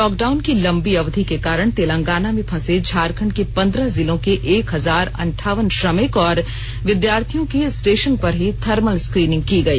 lockdown की लम्बी अवधि के कारण तेलंगाना में फंसे झारखण्ड के पन्द्रह जिलों के एक हजार अनठावन श्रमिक और विद्यार्थियों की स्टेशन पर ही थर्मल स्क्रीनिंग की गई